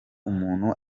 umuntu